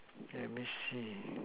let me see